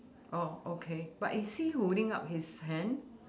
oh okay but is he holding up his hand